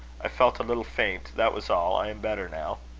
i felt a little faint, that was all. i am better now.